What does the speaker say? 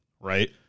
right